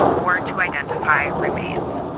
or to identify remains.